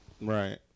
Right